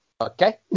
okay